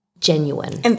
Genuine